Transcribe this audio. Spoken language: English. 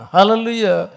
Hallelujah